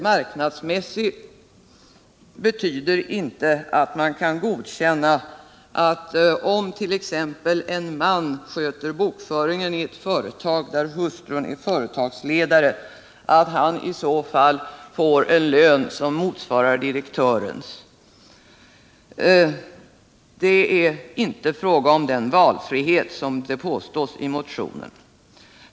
Marknadsmässig lön betyder inte att man kan godkänna, om t.ex. en man sköter bokföringen i ett företag där hustrun är företagsledare, att mannen får en lön som motsvarar direktörens. Det är inte fråga om den valfrihet som det påstås i motionen.